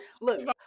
Look